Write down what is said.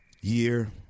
year